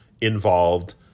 involved